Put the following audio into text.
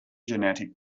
genetic